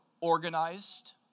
organized